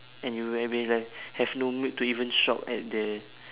and you will be like have no mood to even shop at the